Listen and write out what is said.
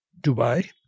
Dubai